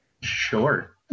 sure